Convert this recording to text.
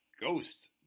Ghost